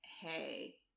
Hey